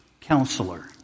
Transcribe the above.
counselor